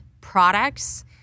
Products